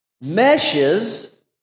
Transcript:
meshes